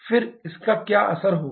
फिर इसका क्या असर होगा